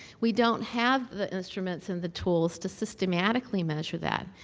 we don't have the instruments and the tools to systematically measure that.